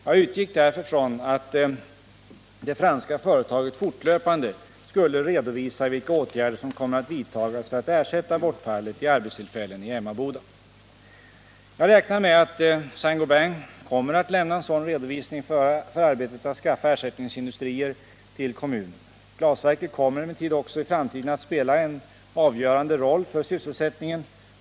Jag utgick därför från att det franska företaget fortlöpande skulle redovisa vilka åtgärder som kommer att vidtas för att ersätta bortfallet i arbetstillfällen i Emmaboda. Jag räknar med att S:t Gobain kommer att lämna en sådan redovisning för arbetet att skaffa ersättningsindustrier till kommunen. Glasverket kommer emellertid också i framtiden att spela en avgörande roll för sysselsättningen.